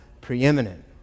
preeminent